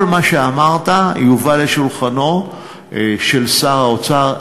כל מה שאמרת יובא לשולחנו של שר האוצר.